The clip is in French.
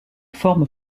forme